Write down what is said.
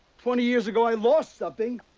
twenty years ago i lost something,